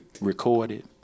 recorded